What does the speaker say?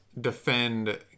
defend